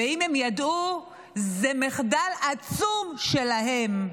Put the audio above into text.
ואם הם ידעו זה מחדל עצום שלהם.